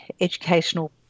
educational